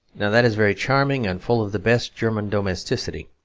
now that is very charming, and full of the best german domesticity.